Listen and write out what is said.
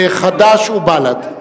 חד"ש ובל"ד.